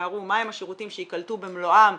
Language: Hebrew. מה הם השירותים שיקלטו במלואם.